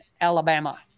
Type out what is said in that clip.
Alabama